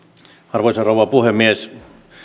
arvoisa rouva puhemies